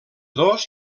dos